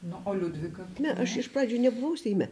o liudvika ne aš iš pradžių nebuvau seime